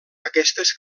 aquestes